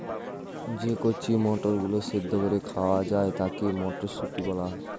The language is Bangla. যে কচি মটরগুলো সেদ্ধ করে খাওয়া যায় তাকে মটরশুঁটি বলা হয়